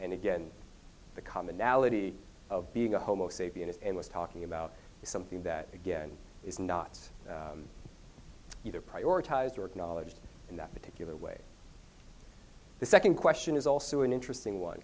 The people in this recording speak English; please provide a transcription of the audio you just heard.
and again the commonality of being a homo sapiens and was talking about is something that again is not either prioritized or acknowledged in that particular way the second question is also an interesting one